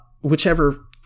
whichever